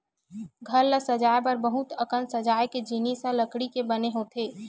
घर ल सजाए बर बहुत अकन सजाए के जिनिस ह लकड़ी के बने होथे